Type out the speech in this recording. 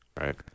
Right